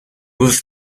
was